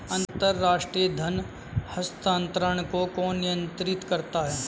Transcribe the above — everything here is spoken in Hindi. अंतर्राष्ट्रीय धन हस्तांतरण को कौन नियंत्रित करता है?